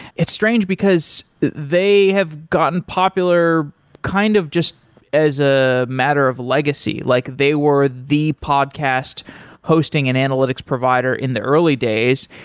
it's strange because they have gotten popular kind of just as a matter of legacy, like they were the podcast hosting and analytics provider in the early days,